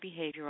behavioral